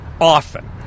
often